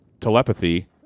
telepathy